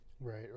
Right